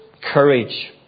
courage